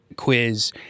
quiz